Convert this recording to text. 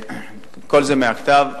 כל זה מהכתב.